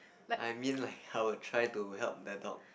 I mean like I would try to help the dog